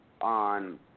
on